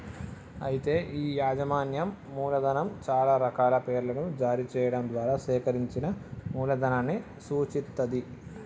అయితే ఈ యాజమాన్యం మూలధనం చాలా రకాల పేర్లను జారీ చేయడం ద్వారా సేకరించిన మూలధనాన్ని సూచిత్తది